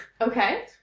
Okay